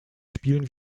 spielen